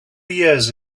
years